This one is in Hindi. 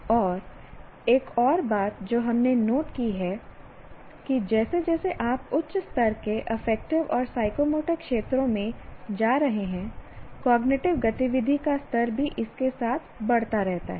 और एक और बात जो हमने नोट की है कि जैसे जैसे आप उच्च स्तर के अफेक्टिव और साइकोमोटर क्षेत्रों में जा रहे हैं कॉग्निटिव गतिविधि का स्तर भी इसके साथ बढ़ता रहता है